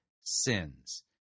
sins